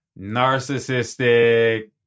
narcissistic